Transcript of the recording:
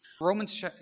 Romans